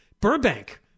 Burbank